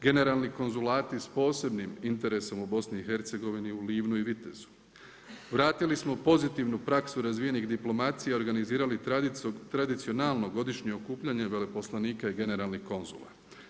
Generalni konzulati s posebnim interesi u BIH, Livnu i Vitezu, vratili smo pozitivnu praksu razvijenih diplomacija i organizirali tradicionalno godišnje okupljanje veleposlanika i generalnih konzula.